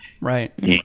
Right